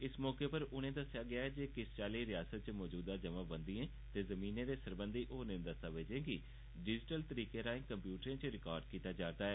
इस मौके उप्पर उनें'गी दस्सेआ गेआ जे किस चाल्ली रिआसत च मौजूदा जमाबंदिएं ते जमीनें दे सरबंधी होरनें दस्तावेजें गी डिजिटल तरीके राएं कम्प्यूटरें च रिकार्ड कीता जा'रदा ऐ